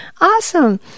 awesome